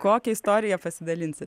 kokia istorija pasidalinsit